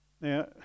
Now